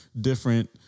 different